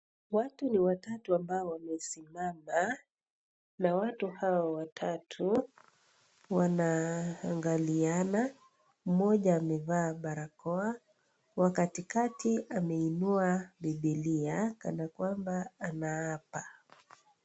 Watu ni watatu ambao wamesimama, na watu hawa watatu wanaangaliana mmoja amevaa barakoa wa katikati ameinua bibilia kana kwamba anaapa.